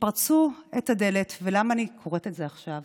"כשפרצו את הדלת" ולמה אני קוראת את זה עכשיו?